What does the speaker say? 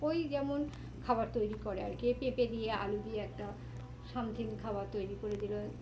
ওই যেমন খাবার তৈরি করে আর কি এ পেঁপে দিয়ে আলু দিয়ে একটা সামথিং খাবার তৈরি করে দিল